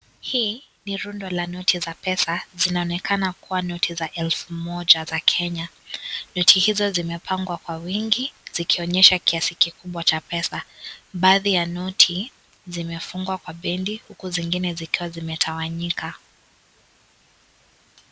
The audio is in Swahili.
Hii ni rundo la noti za pesa. Zinaonekana kuwa noti za elfu moja za Kenya. Noti hizo zimepangwa kwa wingi, zikionyesha kiasi kikubwa cha pesa. Baadhi ya noti zimefungwa kwa bendi huku zingine zikiwa zimetawanyika.